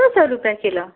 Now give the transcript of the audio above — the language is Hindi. दो सौ रुपए किलो